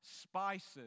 spices